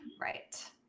Right